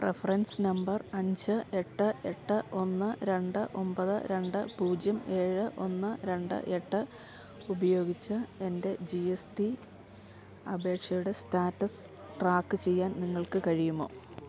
reference number അഞ്ച് എട്ട് എട്ട് ഒന്ന് രണ്ട് ഒൻപത് രണ്ട് പൂജ്യം ഏഴ് ഒന്ന് രണ്ട് എട്ട് ഉപയോഗിച്ച് എൻ്റെ ജി എസ് ടി അപേക്ഷയുടെ സ്റ്റാറ്റസ് ട്രാക്കു ചെയ്യാൻ നിങ്ങൾക്ക് കഴിയുമോ